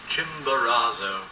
Chimborazo